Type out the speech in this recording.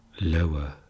lower